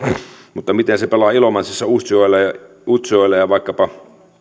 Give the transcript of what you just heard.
mutta miten se pelaa ilomantsissa utsjoella ja utsjoella ja vaikkapa